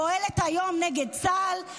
פועלת היום נגד צה"ל,